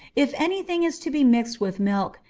if any thing is to be mixed with milk,